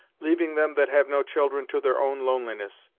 leaving them that have no children to their own loneliness.